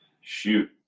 Shoot